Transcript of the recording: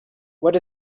what